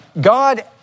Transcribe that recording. God